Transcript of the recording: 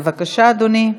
בבקשה, אדוני.